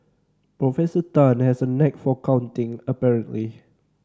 Professor Tan has a knack for counting apparently